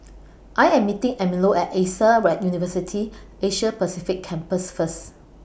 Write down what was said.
I Am meeting Emilio At AXA University Asia Pacific Campus First